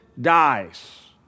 dies